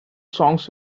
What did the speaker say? songs